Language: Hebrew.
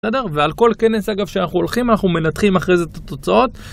בסדר? ועל כל כנס, אגב, שאנחנו הולכים, אנחנו מנתחים אחרי זה את התוצאות